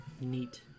neat